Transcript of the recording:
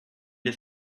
his